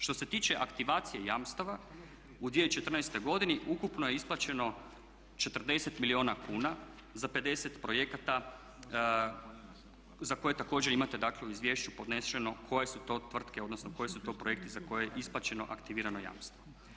Što se tiče aktivacije jamstava u 2014. godini ukupno je isplaćeno 40 milijuna kuna za 50 projekata za koje također imate dakle u izvješću podneseno koje su to tvrtke odnosno koji su to projekti za koje je isplaćeno aktivirano jamstvo.